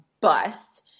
bust